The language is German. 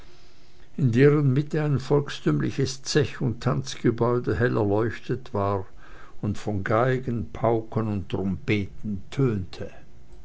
in deren mitte ein volkstümliches zech und tanzgebäude hell erleuchtet war und von geigen pauken und trompeten tönte